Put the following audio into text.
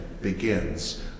begins